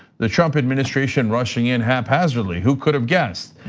the trump administration rushing in haphazardly, who could have guessed?